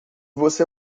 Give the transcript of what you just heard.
você